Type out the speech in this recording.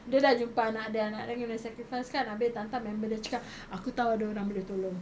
dia dah jumpa anak dia anak dia kena sacrifice kan abeh entah entah member dia cakap aku tahu ada orang boleh tolong